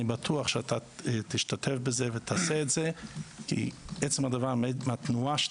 אני בטוח שאתה תשתתף בזה ותעשה את זה כי אתה בא מתנועה,